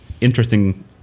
interesting